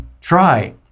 try